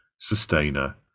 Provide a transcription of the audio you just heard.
sustainer